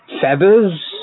feathers